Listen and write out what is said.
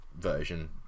version